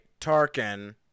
Tarkin